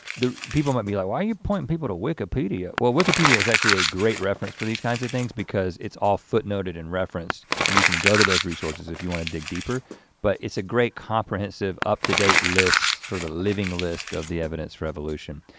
people might be like why are you pointing people to wikipedia? well, wikipedia is actually a great reference for these kinds of things because it's footnoted and referenced and you can go to those resources if you wanna dig deeper but it's a great comprehensive up-to-date list, sort of a living list of the evidence for evolution.